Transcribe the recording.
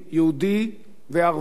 והם יחיו פה תמיד.